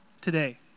today